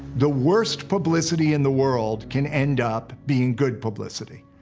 the worst publicity in the world can end up being good publicity.